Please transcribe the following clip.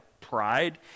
pride